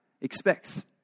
expects